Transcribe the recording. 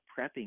prepping